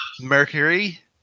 Mercury